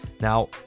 Now